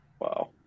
Wow